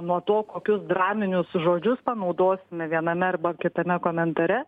nuo to kokius draminius žodžius panaudosime viename arba kitame komentare